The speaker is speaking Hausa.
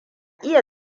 iya